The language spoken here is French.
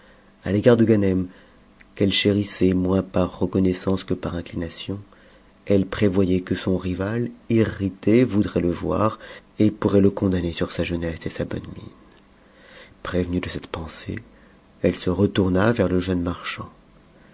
a l'égard de ganem qu'elle chérissait moins par reconnaissance que par inclination elle prévoyait que son rival irrité voudrait le voir et pourrait le condamner sur sa jeunesse et sa bonne mine prévenue de cette pensée elle se retourna vers le jeune marchand